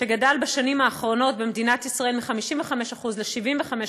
שגדל בשנים האחרונות במדינת ישראל מ-55% ל-75%,